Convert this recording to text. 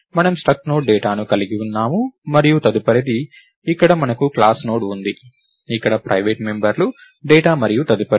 మనము struct node డేటాను కలిగి ఉన్నాము మరియు తదుపరిది ఇక్కడ మనకు క్లాస్ నోడ్ ఉంది ఇక్కడ ప్రైవేట్ మెంబర్లు డేటా మరియు తదుపరిది